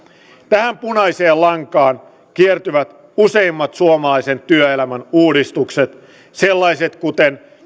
tähän punaiseen lankaan kiertyvät useimmat suomalaisen työelämän uudistukset sellaiset kuin